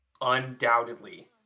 undoubtedly